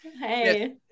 Hey